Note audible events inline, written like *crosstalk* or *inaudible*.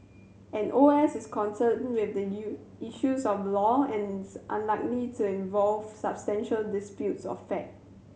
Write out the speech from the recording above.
an O S is concerned with *unintelligible* issues of law and unlikely to involve substantial disputes of fact